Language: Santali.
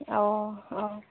ᱚ ᱦᱚᱸ